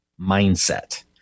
mindset